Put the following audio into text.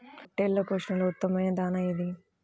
పొట్టెళ్ల పోషణలో ఉత్తమమైన దాణా ఏది?